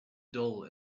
dull